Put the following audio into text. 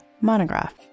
Monograph